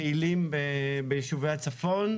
פעילים ביישובי הצפון.